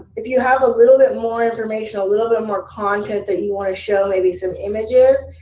if you have a little bit more information, a little bit more content that you want to show, maybe some images,